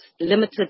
limited